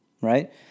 Right